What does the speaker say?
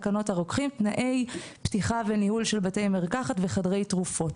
תקנות הרוקחים תנאי פתיחה וניהול של בתי מרקחת וחדרי תרופות.